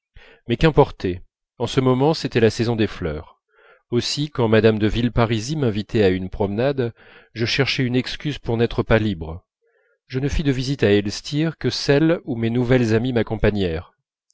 mais qu'importait en ce moment c'était la saison des fleurs aussi quand mme de villeparisis m'invitait à une promenade je cherchais une excuse pour n'être pas libre je ne fis des visites à elstir que celles où mes nouvelles amies m'accompagnèrent